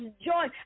joy